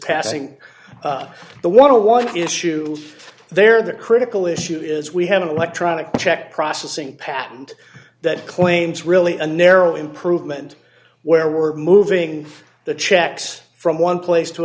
passing the want to one issue there the critical issue is we have an electronic check processing patent that claims really a narrow improvement where we're moving the checks from one place to